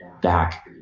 back